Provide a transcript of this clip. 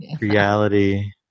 reality